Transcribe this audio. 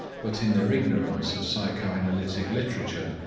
but in their ignorance of psychoanalytic literature,